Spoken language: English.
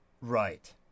Right